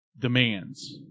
demands